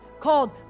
called